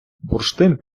бурштин